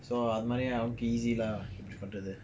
so our money not easy lah இப்டிபண்றது:ipdi panrathu